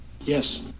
Yes